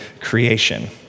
creation